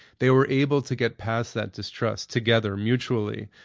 they were able to get past that distrust together mutually,